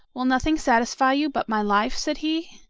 will nothing satisfy you but my life? said he.